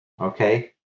okay